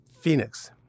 Phoenix